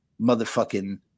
motherfucking